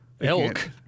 Elk